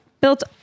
built